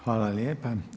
Hvala lijepa.